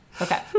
Okay